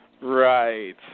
right